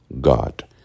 God